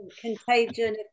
Contagion